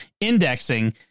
indexing